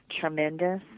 tremendous